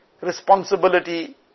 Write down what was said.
responsibility